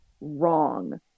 wrong